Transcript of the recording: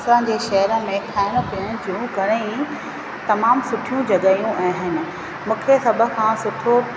असांजे शहर में खाइण पीअण जूं तमामु सुठियूं जॻहियूं आहिनि मूंखे सभ खां सुठो